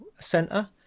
center